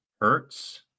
Hertz